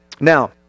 Now